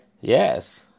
Yes